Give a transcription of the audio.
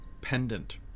pendant